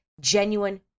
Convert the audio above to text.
genuine